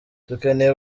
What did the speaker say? dukeneye